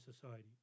society